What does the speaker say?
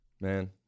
man